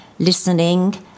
listening